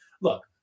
look